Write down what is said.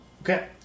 Okay